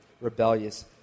rebellious